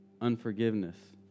unforgiveness